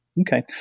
Okay